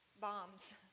bombs